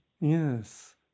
Yes